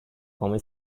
come